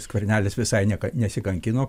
skvernelis visai niekad nesikankino